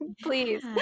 please